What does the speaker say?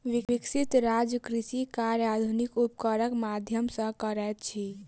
विकसित राज्य कृषि कार्य आधुनिक उपकरणक माध्यम सॅ करैत अछि